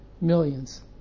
millions